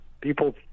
people